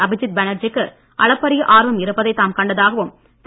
அபிஜித் பேனர்ஜிக்கு அளப்பரிய ஆர்வம் இருப்பதை தாம் கண்டதாகவும் திரு